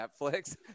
Netflix